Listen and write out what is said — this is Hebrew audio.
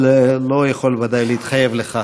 אבל אני ודאי לא יכול להתחייב לכך.